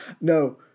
No